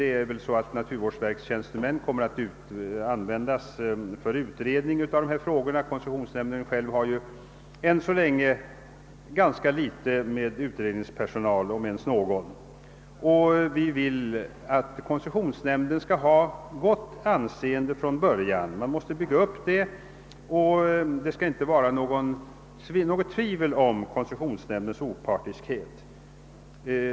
Tjänstemännen där kommer väl även att användas för utredning av miljöskyddsfrågor, eftersom <koncessionsnämnden ju än så länge har ganska fåtalig utredningspersonal, om ens någon. Vi vill att koncessionsnämnden redan från början skall få gott anseende och att det inte skall råda några tvivel om nämndens «opartiskhet.